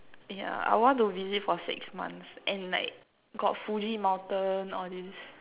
yeah I want to visit for six months and like got fuji mountain all this